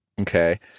Okay